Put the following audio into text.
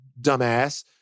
dumbass